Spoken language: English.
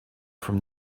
from